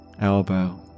elbow